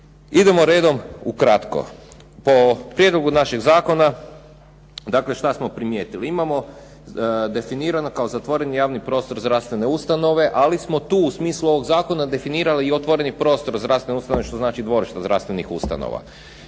Idemo redom ukratko. O prijedlogu našeg zakona, dakle što smo primijetili, imamo definirano kao zatvoreni javni prostor zdravstvene ustanove, ali smo tu u smislu ovog zakona definirali i otvoreni prostor zdravstvene ustanove, što znači dvorišta zdravstvenih ustanova.